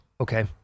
Okay